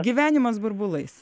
gyvenimas burbulais